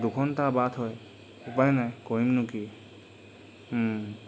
দুঘণ্টা বাট হয় উপায় নাই কৰিমনো কি